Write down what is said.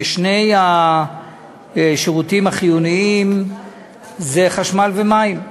ושני השירותים החיוניים זה חשמל ומים.